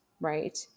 right